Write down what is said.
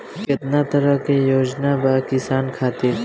केतना तरह के योजना बा किसान खातिर?